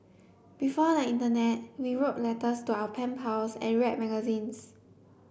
before the internet we wrote letters to our pen pals and read magazines